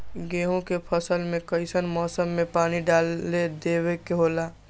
गेहूं के फसल में कइसन मौसम में पानी डालें देबे के होला?